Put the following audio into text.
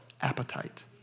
appetite